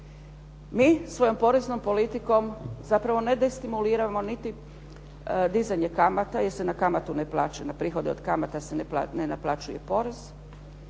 Mi svojom poreznom politikom zapravo ne destimuliramo niti dizanje kamata, jer se na kamatu ne plaća, na